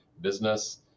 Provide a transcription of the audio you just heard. business